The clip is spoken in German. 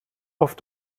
auf